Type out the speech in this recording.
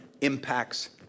impacts